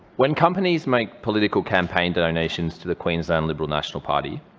when companies make political campaign donations to the queensland liberal national party,